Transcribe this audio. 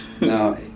No